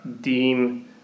deem